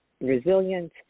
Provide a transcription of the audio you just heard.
resilient